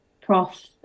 Prof